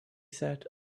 said